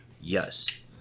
Yes